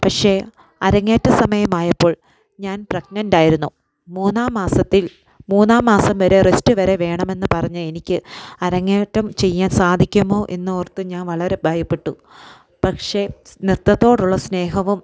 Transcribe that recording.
പക്ഷേ അരങ്ങേറ്റ സമയമായപ്പോൾ ഞാൻ പ്രഗ്നൻ്റ് ആയിരുന്നു മൂന്നാം മാസത്തിൽ മൂന്നാം മാസം വരെ റെസ്റ്റ് വരെ വേണമെന്ന് പറഞ്ഞ എനിക്ക് അരങ്ങേറ്റം ചെയ്യാൻ സാധിക്കുമോ എന്ന് ഓർത്ത് ഞാൻ വളരെ ഭയപ്പെട്ടു പക്ഷേ നൃത്തത്തോടുള്ള സ്നേഹവും